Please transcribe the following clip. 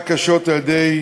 ולהחליט,